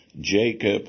Jacob